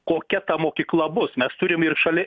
kokia ta mokykla bus mes turim ir šalia